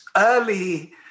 early